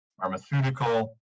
pharmaceutical